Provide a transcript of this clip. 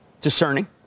discerning